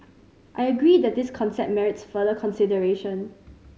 I agree that this concept merits further consideration